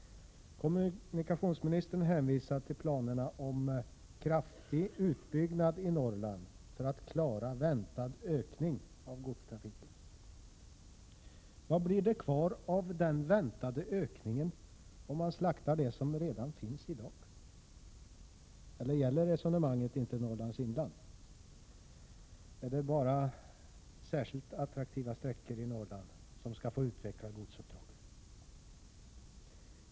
Kommunikationsministern hänvisar till planerna på kraftig utbyggnad i Norrland för att klara väntad ökning av godstrafiken. Vad blir det kvar av den väntade ökningen om man slaktar det som redan finns i dag? Eller gäller resonemanget inte Norrlands inland? Är det bara särskilt attraktiva sträckor i Norrland som skall få utveckla godsuppdrag?